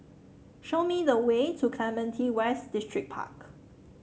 show me the way to Clementi West Distripark